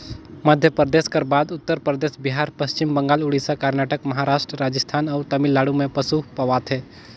मध्यपरदेस कर बाद उत्तर परदेस, बिहार, पच्छिम बंगाल, उड़ीसा, करनाटक, महारास्ट, राजिस्थान अउ तमिलनाडु में पसु पवाथे